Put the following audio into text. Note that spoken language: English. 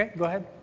go ahead.